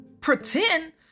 pretend